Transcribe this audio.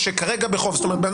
שלא נגבה עד היום.